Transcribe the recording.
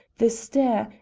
the stair,